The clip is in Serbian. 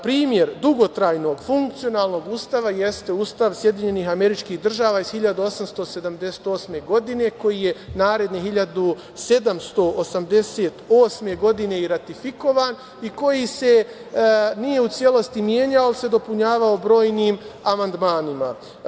Primer dugotrajnog, funkcionalnog Ustava jeste Ustav SAD iz 1787. godina koji je naredne 1788. i ratifikovan i koji se nije u celosti menjao, ali se dopunjavao brojnim amandmanima.